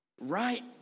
right